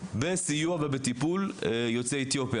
בסיוע ובטיפול ביוצאי אתיופיה.